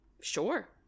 Sure